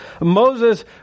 Moses